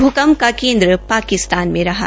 भूकंप का केन्द्र पाकिस्तान में रहा